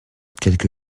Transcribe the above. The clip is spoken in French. quelque